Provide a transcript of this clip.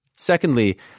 Secondly